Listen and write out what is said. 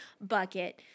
bucket